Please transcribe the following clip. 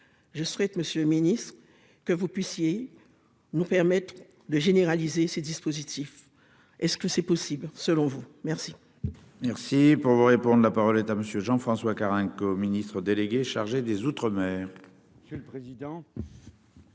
Je souhaite Monsieur le Ministre, que vous puissiez nous permettre de généraliser ce dispositif. Est-ce que c'est possible selon vous. Merci. Merci pour voir et prendre la parole est à monsieur Jean-François Carenco, ministre délégué chargé des Outre-mer. Le président.